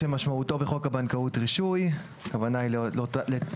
"בנק" - כמשמעותו בחוק הבנקאות (רישוי); הכוונה היא למי